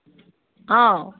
অঁ